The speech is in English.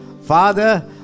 Father